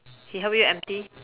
he help you empty